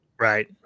Right